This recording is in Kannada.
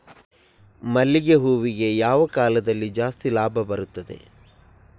ಮಲ್ಲಿಗೆ ಹೂವಿಗೆ ಯಾವ ಕಾಲದಲ್ಲಿ ಜಾಸ್ತಿ ಲಾಭ ಬರುತ್ತದೆ?